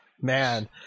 Man